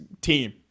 team